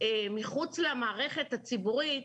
מחוץ למערכת הציבורית,